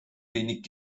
wenig